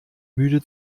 müde